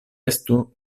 estu